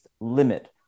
limit